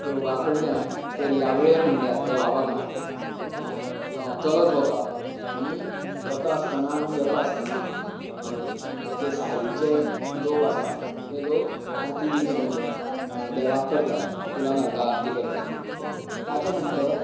देवळां कडल्यान दर्यावेळेर म्हळ्यार देवा बागांत चलत वता आनी वता आसतना आनी येता आसतना जे सायडिचे लोक आसा ते लोक आरती बी घेवन देवाक करतात फुलां घालतात आरती करतात ताच्या नंतर